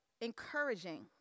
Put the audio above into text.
encouraging